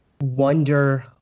wonder